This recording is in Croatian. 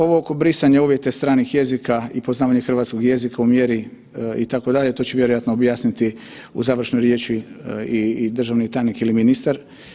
Ovo oko brisanja uvjeta stranih jezika i poznavanja hrvatskog jezika u mjeri, itd., to će vjerojatno objasniti u završnoj riječi i državni tajnik ili ministar.